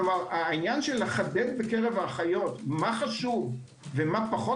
כלומר העניין של לחדד בקרב האחיות מה חשוב ומה פחות